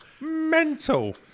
Mental